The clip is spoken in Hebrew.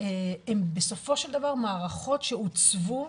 הן בסופו של דבר מערכות שעוצבו,